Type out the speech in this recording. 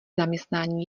zaměstnání